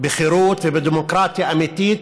בחירות ובדמוקרטיה אמיתית,